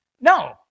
no